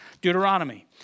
Deuteronomy